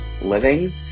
living